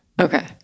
Okay